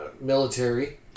military